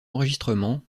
enregistrements